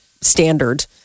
standard